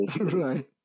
Right